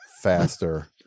faster